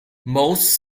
most